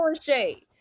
shade